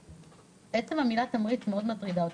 עצם המילה "תמריץ" מאוד מטרידה אותי.